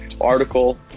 article